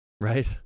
right